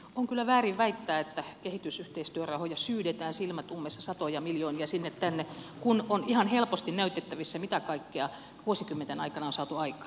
on kyllä väärin väittää että kehitysyhteistyörahoja syydetään silmät ummessa satoja miljoonia sinne tänne kun on ihan helposti näytettävissä mitä kaikkea vuosikymmenten aikana on saatu aikaan